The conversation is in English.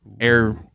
air